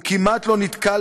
הוא כמעט לא נתקל